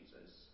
Jesus